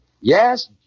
Yes